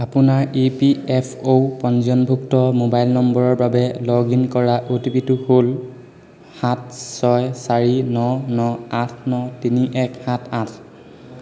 আপোনাৰ E P F O পঞ্জীয়নভুক্ত mobile নম্বৰৰ বাবে লগ ইন কৰা অ' টি পিটো হ'ল সাত ছয় চাৰি ন ন আঠ ন তিনি এক সাত আঠ